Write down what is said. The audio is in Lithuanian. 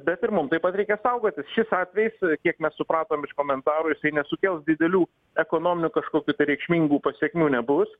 bet ir mum taip pat reikia saugotis šis atvejis kiek mes supratom iš komentarų jisai nesukels didelių ekonominių kažkokių tai reikšmingų pasekmių nebus